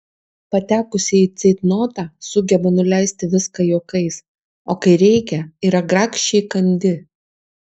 patekusi į ceitnotą sugeba nuleisti viską juokais o kai reikia yra grakščiai kandi